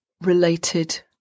related